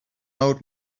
old